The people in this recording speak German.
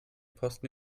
posten